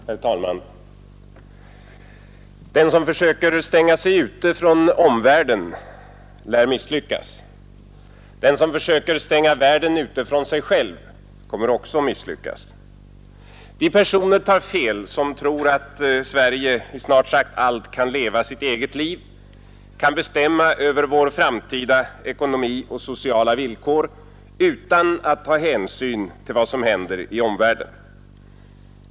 Herr talman! Den som försöker stänga sig ute från världen lär misslyckas. Den som försöker stänga världen ute från sig själv kommer också att misslyckas. De personer tar fel som tror att Sverige i snart sagt allt kan leva sitt eget liv, bestämma över sin framtida ekonomi och sina sociala villkor utan att ta hänsyn till vad som händer i omvärlden.